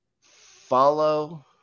follow